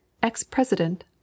ex-president